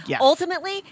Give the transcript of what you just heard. Ultimately